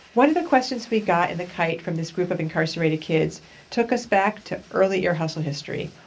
one of the questions we got in the kite from this group of incarcerated kids took us back to early ear hustle history,